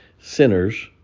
sinners